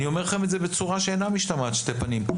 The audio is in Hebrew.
אני אומר לכם את זה בצורה שאינה משתמעת לשתי פנים.